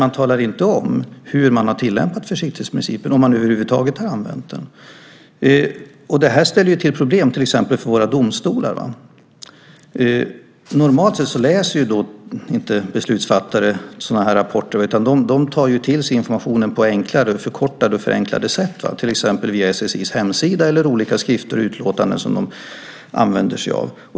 Man talar inte om hur man har tillämpat försiktighetsprincipen, om man över huvud taget har använt den. Det här ställer till problem, till exempel för våra domstolar. Normalt sett läser inte beslutsfattare sådana här rapporter, utan de tar till sig informationen på förkortade och förenklade sätt, till exempel via SSI:s hemsida eller olika skrifter och utlåtanden som de använder sig av.